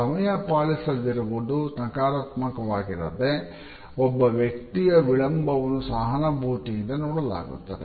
ಸಮಯ ಪಾಲಿಸದಿರುವುದು ನಕಾರಾತ್ಮಕವಾಗಿರದೆ ಒಬ್ಬ ವ್ಯಕ್ತಿಯ ವಿಳಂಬವನ್ನು ಸಹಾನುಭೂತಿಯಿಂದ ನೋಡಲಾಗುತ್ತದೆ